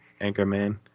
Anchorman